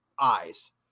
eyes